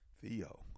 Theo